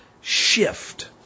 shift